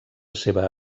seva